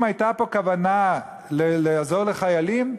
אם הייתה פה כוונה לעזור לחיילים,